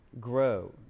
grow